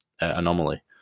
anomaly